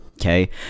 okay